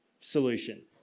solution